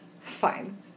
Fine